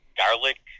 garlic